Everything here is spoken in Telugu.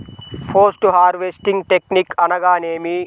పోస్ట్ హార్వెస్టింగ్ టెక్నిక్ అనగా నేమి?